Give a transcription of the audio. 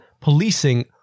policing